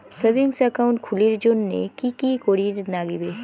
Savings account খুলির জন্যে কি কি করির নাগিবে?